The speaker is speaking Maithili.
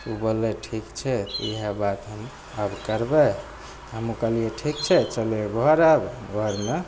तऽ उ बोलय ठीक छै तऽ ईएह बात हम आब करबय हमहूँ कहलियै ठीक छै चलय घर आब घरमे